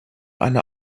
eine